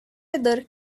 other